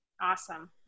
awesome